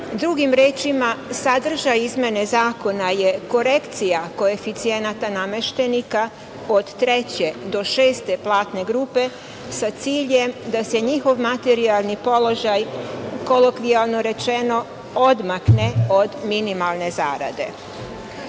Drugim rečima, sadržaj izmene Zakona je korekcija koeficijenata nameštenika od treće do šeste platne grupe, sa ciljem da se njihov materijalni položaj, kolokvijalno rečeno, odmakne od minimalne zarade. Poslovi